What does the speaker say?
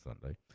Sunday